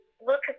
look